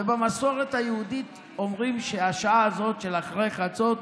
ובמסורת היהודית אומרים שהשעה הזאת של אחרי חצות,